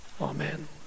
amen